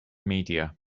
media